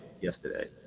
yesterday